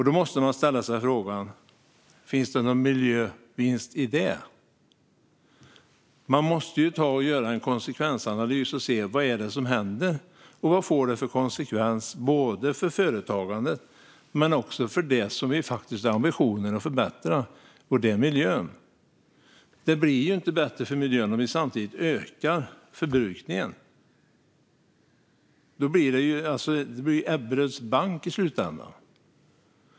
Då måste vi ställa oss frågan: Finns det någon miljövinst i det? Man måste göra en konsekvensanalys, se vad som händer och vad det får för konsekvens för företagandet men också för det som vi har ambitionen att förbättra: miljön. Det blir inte bättre för miljön om vi samtidigt ökar förbrukningen. Det blir som Ebberöds bank i slutänden.